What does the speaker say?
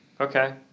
okay